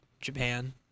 Japan